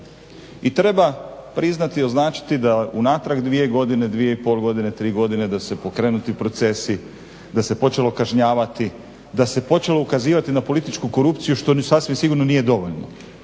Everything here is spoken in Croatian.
I treba priznati i označiti da unatrag dvije godine, dvije i pol godine, tri godine da su pokrenuti procesi, da se počelo kažnjavati, da se počelo ukazivati na političku korupciju što sasvim sigurno nije dovoljno.